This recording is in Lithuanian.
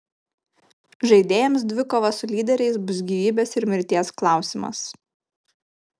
žaidėjams dvikova su lyderiais bus gyvybės ir mirties klausimas